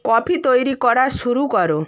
coffee তৈরি করা শুরু করো